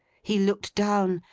he looked down,